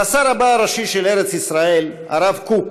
נשא רבה הראשי של ארץ-ישראל, הרב קוק,